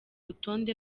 rutonde